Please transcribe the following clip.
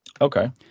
Okay